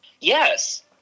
Yes